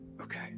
okay